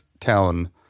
town